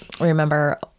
remember